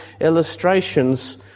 illustrations